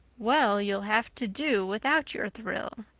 well, you'll have to do without your thrill.